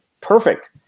perfect